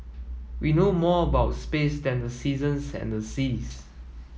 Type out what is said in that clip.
we know more about space than the seasons and the seas